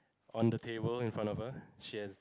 on the table in front of her she has